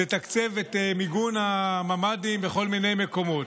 לתקצב את מיגון הממ"דים בכל מיני מקומות.